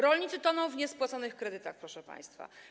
Rolnicy toną w niespłaconych kredytach, proszę państwa.